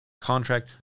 contract